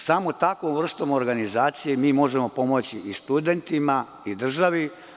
Samo takvom vrstom organizacije možemo pomoći i studentima i državi.